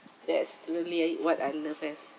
that's really what I love as